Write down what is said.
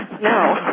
No